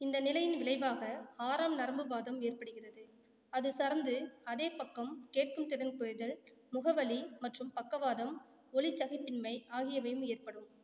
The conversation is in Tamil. இந்த நிலையின் விளைவாக ஆறாம் நரம்பு வாதம் ஏற்படுகிறது அதுசார்ந்து அதே பக்கம் கேட்கும் திறன் குறைதல் முக வலி மற்றும் பக்கவாதம் ஒளிச் சகிப்பின்மை ஆகியவையும் ஏற்படும்